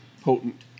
potent